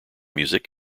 music